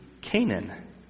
Canaan